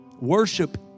Worship